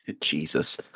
Jesus